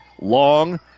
Long